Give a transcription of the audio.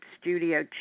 studio